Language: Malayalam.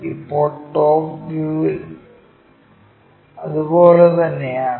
ഇപ്പോൾ ടോപ് വ്യൂവിൽ അതുപോലെ തന്നെയാണ്